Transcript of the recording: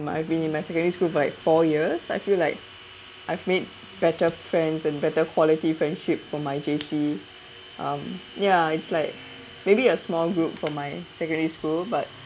but I've been in my secondary school for like four years I feel like I've made better friends and better quality friendship for my J_C um ya it's like maybe a small group for my secondary school but